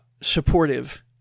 supportive